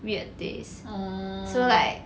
weird taste so like